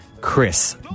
Chris